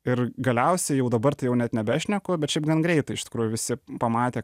ir galiausiai jau dabar tai jau net nebešneku bet šiaip gan greitai iš tikrųjų visi pamatė